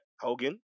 Hogan